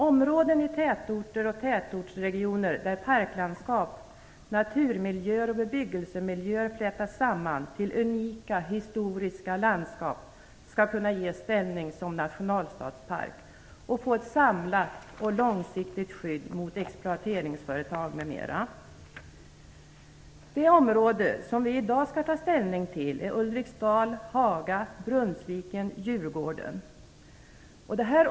Områden i tätorter och tätortsregioner där parklandskap, naturmiljöer och bebyggelsemiljöer flätas samman till unika historiska landskap, skall kunna ges ställning som nationalstadspark och få ett samlat och långsiktigt skydd mot exploateringsföretag m.m. Det område vi i dag skall ta ställning till är Ulriksdal-Haga-Brunnsviken-Djurgården.